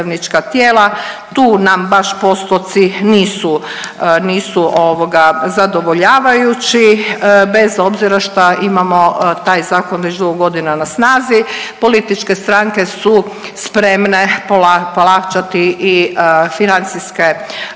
Tu nam baš postoci nisu, nisu ovoga zadovoljavajući bez obzira šta imamo taj zakon već dugo godina na snazi. Političke stranke su spremne plaćati i financijske